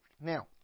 Now